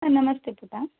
ಹಾಂ ನಮಸ್ತೆ ಪುಟ್ಟ